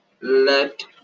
let